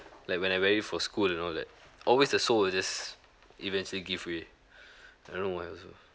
like when I wear it for school and all that always the sole will just eventually give way I don't know why also